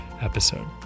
episode